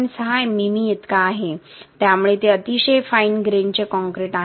६ मिमी इतका आहे त्यामुळे ते अतिशय फाईन ग्रेन चे काँक्रीट आहे